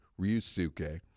Ryusuke